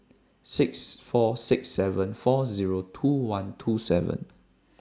six four six seven four Zero two one two seven